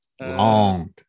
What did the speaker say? Long